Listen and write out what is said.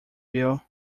bill